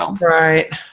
Right